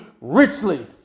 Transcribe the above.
richly